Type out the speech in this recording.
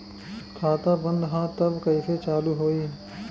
खाता बंद ह तब कईसे चालू होई?